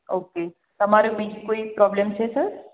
okay તમારે બીજું કોઈ પ્રોબ્લેમ છે સર